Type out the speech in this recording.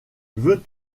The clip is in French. veux